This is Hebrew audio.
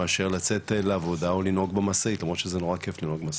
מאשר לצאת לעבודה או לנהוג במשאית למרות שזה נורא כיף לנהוג במשאית.